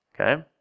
okay